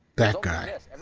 that guy.